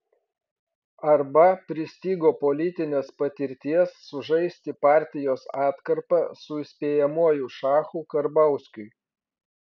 arba pristigo politinės patirties sužaisti partijos atkarpą su įspėjamuoju šachu karbauskiui